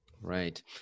Right